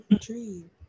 Dream